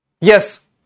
Yes